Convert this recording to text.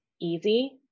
easy